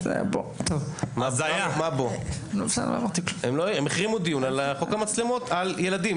הם החרימו דיון על חוק המצלמות על ילדים.